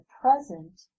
present